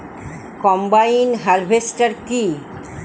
Combine harvester কি?